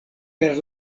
per